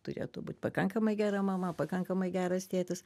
turėtų būt pakankamai gera mama pakankamai geras tėtis